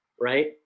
Right